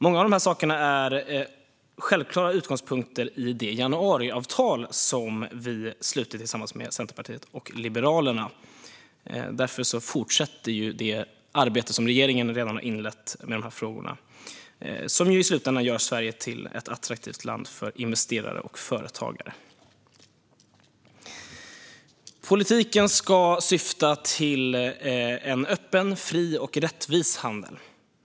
Många av dessa saker är självklara utgångspunkter i det januariavtal som vi har slutit tillsammans med C och L. Därför fortsätter det arbete med dessa frågor som regeringen har inlett och som i slutändan gör Sverige till ett attraktivt land för investerare och företagare. Politiken ska syfta till en öppen, fri och rättvis handel.